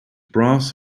brass